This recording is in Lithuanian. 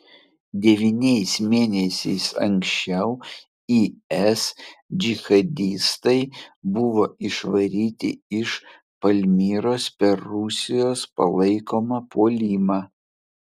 devyniais mėnesiais anksčiau is džihadistai buvo išvaryti iš palmyros per rusijos palaikomą puolimą